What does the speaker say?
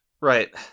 Right